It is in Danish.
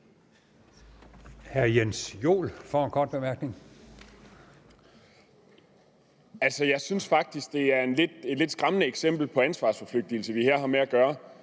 Jeg synes faktisk, at det er et lidt skræmmende eksempel på ansvarsforflygtigelse, vi her har med at gøre.